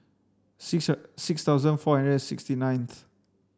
six six thousand four and sixty ninth